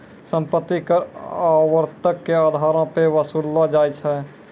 सम्पति कर आवर्तक के अधारो पे वसूललो जाय छै